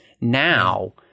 now